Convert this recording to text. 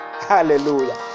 Hallelujah